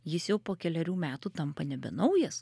jis jau po kelerių metų tampa nebenaujas